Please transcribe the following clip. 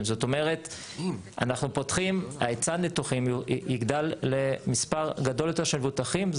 זאת אומרת היצע הניתוחים יגדל למספר גדול יותר מבוטחים.